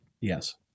Yes